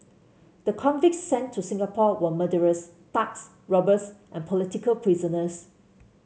the convicts sent to Singapore were murderers thugs robbers and political prisoners